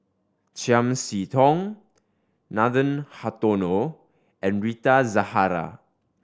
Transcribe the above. Chiam See Tong Nathan Hartono and Rita Zahara